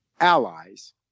allies